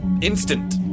Instant